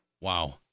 Wow